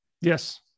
Yes